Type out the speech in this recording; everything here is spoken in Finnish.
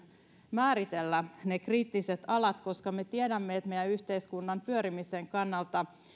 määritellä ne kriittiset alat koska me tiedämme että meidän yhteiskunnan pyörimisen kannalta